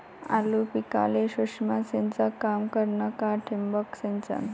आलू पिकाले सूक्ष्म सिंचन काम करन का ठिबक सिंचन?